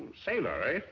sailors?